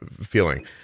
feeling